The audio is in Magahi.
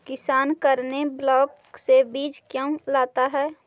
किसान करने ब्लाक से बीज क्यों लाता है?